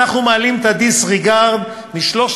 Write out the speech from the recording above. אנחנו מעלים את ה-disregard מ-3,400,